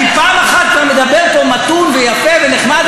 אני פעם אחת כבר מדבר פה מתון ויפה ונחמד,